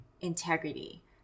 integrity